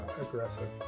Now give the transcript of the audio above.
aggressive